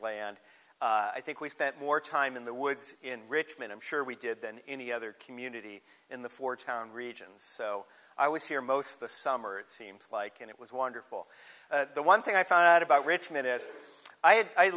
land i think we spent more time in the woods in richmond i'm sure we did than any other community in the four town regions so i was here most of the summer it seems like and it was wonderful the one thing i found out about richmond is i had i